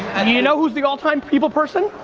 you know who's the all time people person?